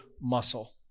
muscle